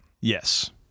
Yes